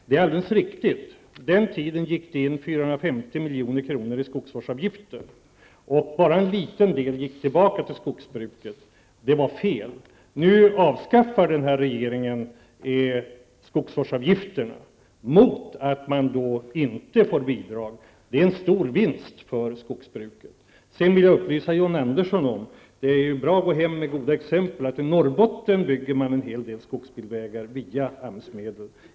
Det är alldeles riktigt att det på den tiden gick in 450 milj.kr. i skogsvårdsavgifter, och bara en liten del gick tillbaka till skogsbruket. Det var fel. Nu avskaffar den här regeringen skogsvårdsavgifterna mot att man inte får bidrag. Det är en stor vinst för skogsbruket. Sedan vill jag upplysa John Andersson om -- goda exempel går hem -- att man i Norrbotten bygger en hel del skogsbilvägar med AMS-medel.